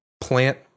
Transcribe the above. plant